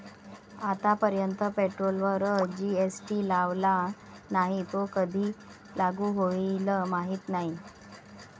आतापर्यंत पेट्रोलवर जी.एस.टी लावला नाही, तो कधी लागू होईल माहीत नाही